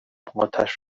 اتش